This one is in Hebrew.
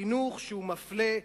חינוך שהוא מפלה,